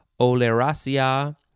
Oleracea